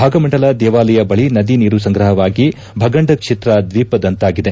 ಭಾಗಮಂಡಲ ದೇವಾಲಯ ಬಳಿ ನದಿ ನೀರು ಸಂಗ್ರಹವಾಗಿ ಭಗಂಡ ಕ್ಷೇತ್ರ ದ್ವೀಪದಂತಾಗಿದೆ